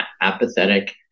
apathetic